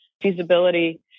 feasibility